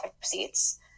seats